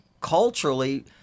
culturally –